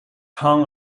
hung